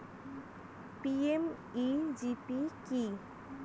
PMEGP কি?